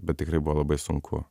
bet tikrai buvo labai sunku